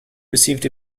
received